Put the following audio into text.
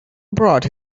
brought